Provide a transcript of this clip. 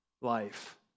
life